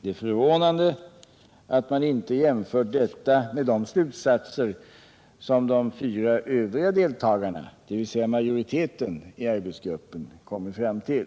Det är förvånande att man inte jämfört detta med de slutsatser som de fyra övriga deltagarna, dvs. majoriteten, i arbetsgruppen kommit till.